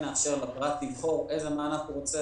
כן נאפשר לפרט לבחור איזה מענק הוא רוצה